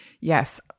Yes